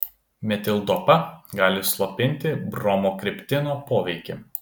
metildopa gali slopinti bromokriptino poveikį